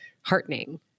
heartening